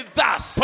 thus